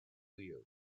you